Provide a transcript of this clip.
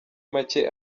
make